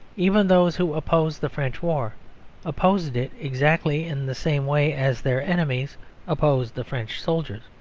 even those who opposed the french war opposed it exactly in the same way as their enemies opposed the french soldiers.